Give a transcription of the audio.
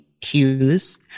cues